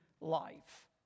life